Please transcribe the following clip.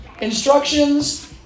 instructions